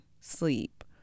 sleep